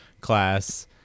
class